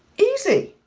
easy.